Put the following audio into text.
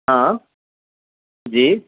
ہاں جی